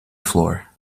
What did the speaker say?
floor